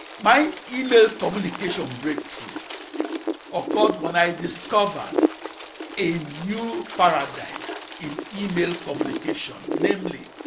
my email communication breakthrough occurred when i discovered a new paradigm in email communication, namely,